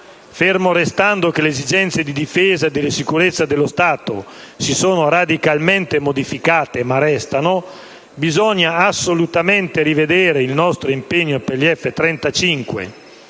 Fermo restando che le esigenze di difesa e di sicurezza dello Stato si sono radicalmente modificate, ma restano, bisogna assolutamente rivedere il nostro impegno per gli F-35.